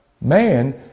man